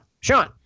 Sean